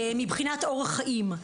מבחינת אורח חיים,